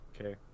Okay